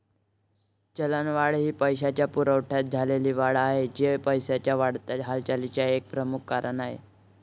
चलनवाढ ही पैशाच्या पुरवठ्यात झालेली वाढ आहे, जो पैशाच्या वाढत्या हालचालीसाठी एक प्रमुख कारण आहे